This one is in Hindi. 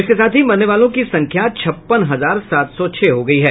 इसके साथ ही मरने वालों की संख्या छप्पन हजार सात सौ छह हो गई है